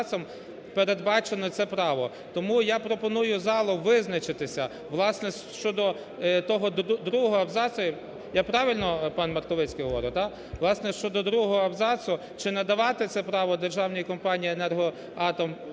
передбачено це право. Тому я пропоную залу визначитися, власне, щодо того другого абзацу, я правильно, пане Мартовицький, говорю, так. Власне, щодо другого абзацу, чи надавати це право державній компанії "Енергоатом"